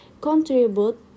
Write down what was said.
contribute